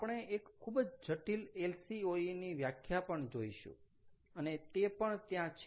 આપણે એક ખૂબ જ જટિલ LCOE ની વ્યાખ્યા પણ જોઈશું અને તે પણ ત્યાં છે